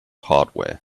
hardware